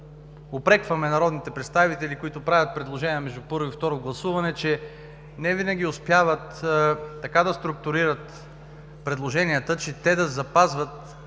упрекваме народните представители, които правят предложения между първо и второ гласуване, че не винаги успяват така да структурират предложенията, че те да запазват